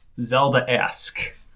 Zelda-esque